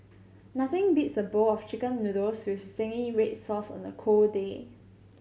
nothing beats a bowl of Chicken Noodles with zingy red sauce on a cold day